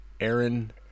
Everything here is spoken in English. Aaron